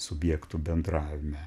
subjektų bendravime